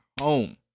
home